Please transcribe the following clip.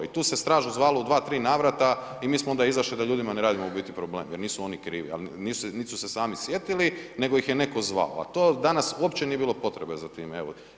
I tu se stražu zvalo u dva, tri navrata i mi smo onda izašli da ljudima ne radimo u biti problem jer nisu oni krivi, ali niti su se sami sjetili nego ih je neko zvao, a to danas uopće nije bilo potrebe za time.